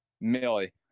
Millie